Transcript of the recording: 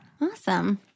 awesome